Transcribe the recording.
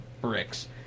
bricks